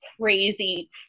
crazy